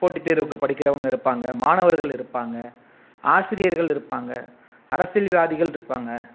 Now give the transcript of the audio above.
போட்டி தேர்வுக்கு படிக்கிறவங்கள் இருப்பாங்கள் மாணவர்கள் இருப்பாங்கள் ஆசிரியர்கள் இருப்பாங்கள் அரசியல் வாதிகள் இருப்பாங்கள்